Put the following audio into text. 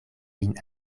lin